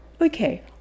Okay